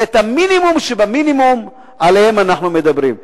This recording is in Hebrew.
זה המינימום שבמינימום שעליו אנחנו מדברים.